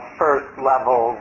first-level